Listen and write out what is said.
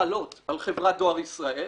שחלות על חברת דואר ישראל,